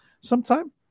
sometime